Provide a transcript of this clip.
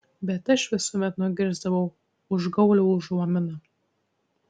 bet aš visuomet nugirsdavau užgaulią užuominą